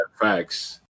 facts